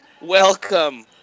Welcome